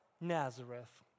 Nazareth